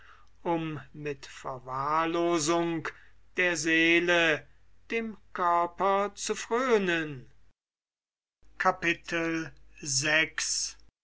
um mit verwahrlosung der seele dem körper zu fröhnen